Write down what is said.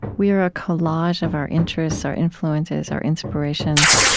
we are a collage of our interests, our influences, our inspirations,